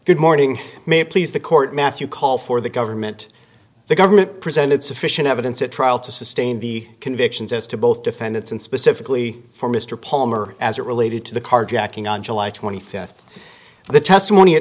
good morning may it please the court mathew call for the government the government presented sufficient evidence at trial to sustain the convictions as to both defendants and specifically for mr palmer as it related to the carjacking on july twenty fifth the testimony a